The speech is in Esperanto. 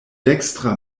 dekstra